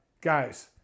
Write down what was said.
guys